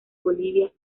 bolivia